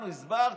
הסברתי.